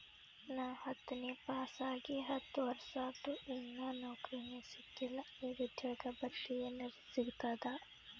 ನಾ ಹತ್ತನೇ ಪಾಸ್ ಆಗಿ ಹತ್ತ ವರ್ಸಾತು, ಇನ್ನಾ ನೌಕ್ರಿನೆ ಸಿಕಿಲ್ಲ, ನಿರುದ್ಯೋಗ ಭತ್ತಿ ಎನೆರೆ ಸಿಗ್ತದಾ?